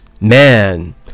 man